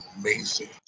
amazing